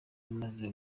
maze